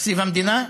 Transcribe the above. תקציב המדינה,